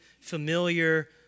familiar